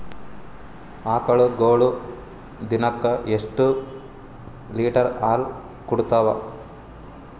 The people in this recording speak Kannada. ಆಕಳುಗೊಳು ದಿನಕ್ಕ ಎಷ್ಟ ಲೀಟರ್ ಹಾಲ ಕುಡತಾವ?